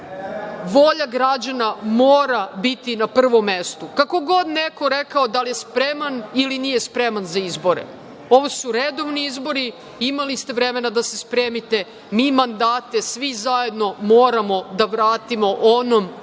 volja građana mora biti na prvom mestu. Kako god neko rekao da li je spreman ili nije spreman za izbore, ovo su redovni izbori, imali ste vremena da se spremite, mi mandate svi zajedno moramo da vratimo onom